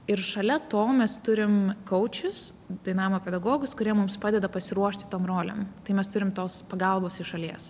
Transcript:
ir šalia to mes turim kaučius dainavimo pedagogus kurie mums padeda pasiruošti tom rolėm tai mes turim tos pagalbos iš šalies